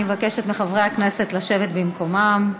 אני מבקשת מחברי הכנסת לשבת במקומם.